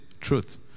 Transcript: truth